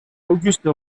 auguste